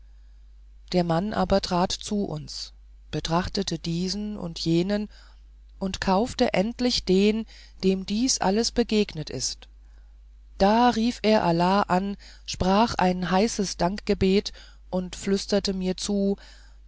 der mann aber trat zu uns betrachtete diesen und jenen und kaufte endlich den dem dies alles begegnet ist da rief er allah an sprach ein heißes dankgebet und flüsterte mir zu